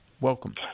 welcome